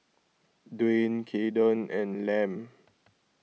Duane Kayden and Lem